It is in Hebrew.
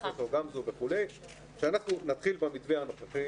פרופ' גמזו וכו', שאנחנו נתחיל במתווה הנוכחי.